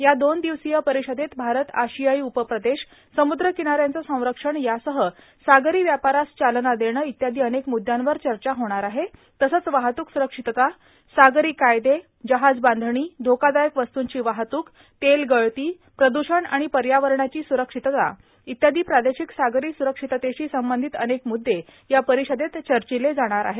या दोन दिवसीय परिषदेत भारत आशियाई उपप्रदेश सम्द्र किनाऱ्यांचं संरक्षण यासह सागरी व्यापारास चालना देणं इत्यादी अनेक म्द्यांवर चर्चा होणार आहे तसंच वाहतूक स्रक्षितता सागरी कायदे जहाजबांधणी धोकादायक वस्तूंची वाहतूक तेल गळती प्रदूषण आणि पर्यावरणाची सुरक्षितता इत्यादी प्रादेशिक सागरी स्रक्षिततेशी संबंधित अनेक म्द्दे या परिषदेत चर्चिले जाणार आहेत